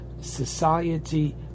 society